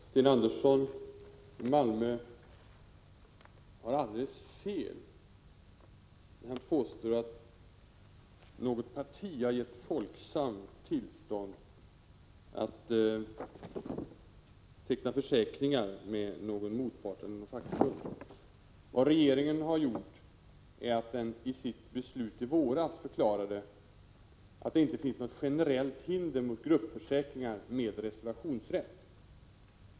Fru talman! Sten Andersson i Malmö har alldeles fel när han påstår att något parti har gett Folksam tillstånd att teckna försäkringar med någon motpart eller något fackförbund. Vad regeringen har gjort är att den i sitt beslut i våras förklarade att det inte finns något generellt hinder mot gruppförsäkringar med reservationsrätt.